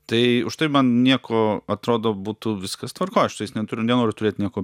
tai už tai man nieko atrodo būtų viskas tvarkoj aš su jais neturiu nenoriu turėt nieko